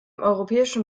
europäischen